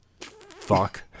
fuck